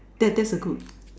that that's a good